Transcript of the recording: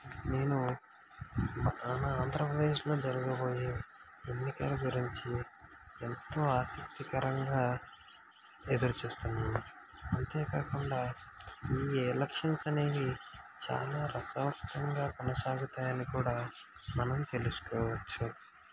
నేను మన ఆంధ్రప్రదేశ్లో జరగబోయే ఎన్నికల గురించి ఎంతో ఆసక్తికరంగా ఎదురుచూస్తున్నాను అంతేకాకుండా ఈ ఎలక్షన్స్ అనేవి చాలా రసవత్తంగా కొనసాగుతాయని కూడా మనం తెలుసుకోవచ్చు